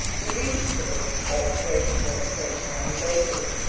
the reasons for this alteration were at the same time related,